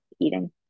eating